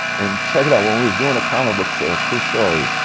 and check it out. when we was doing a comic book sale, true story,